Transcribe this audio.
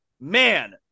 man